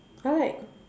I like